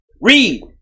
Read